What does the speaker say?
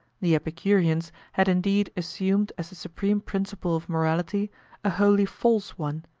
the epicureans had indeed assumed as the supreme principle of morality a wholly false one,